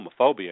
homophobia